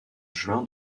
juin